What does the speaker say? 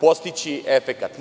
postići efekat.